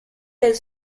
del